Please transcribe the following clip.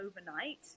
overnight